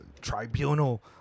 tribunal